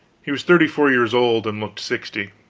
he was thirty-four years old, and looked sixty.